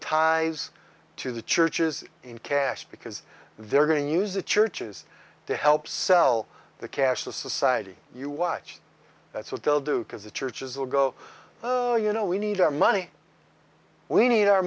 ties to the churches in cash because they're going to use the churches to help sell the cashless society you watch that's what they'll do because the churches will go you know we need our money we need our